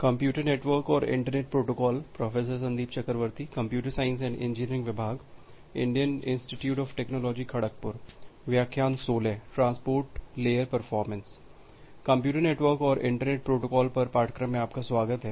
computer network और internet protocol पर पाठ्यक्रम में आपका स्वागत है